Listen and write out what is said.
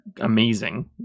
amazing